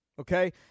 okay